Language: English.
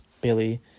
Billy